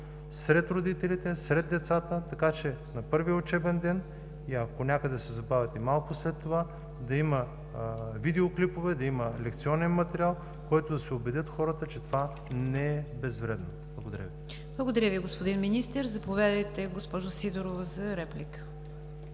сред родителите, сред децата, така че на първия учебен ден, ако някъде се забавят и малко след това, да има видеоклипове, да има лекционен материал, от който да се убедят хората, че това не е безвредно. Благодаря Ви. ПРЕДСЕДАТЕЛ НИГЯР ДЖАФЕР: Благодаря Ви, господин Министър. Заповядайте, госпожо Сидорова, за реплика.